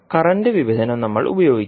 current വിഭജനം നമ്മൾ ഉപയോഗിക്കും